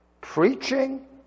preaching